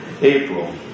April